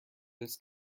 this